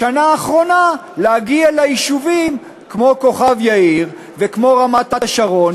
בשנה האחרונה להגיע ליישובים כמו כוכב-יאיר וכמו רמת-השרון,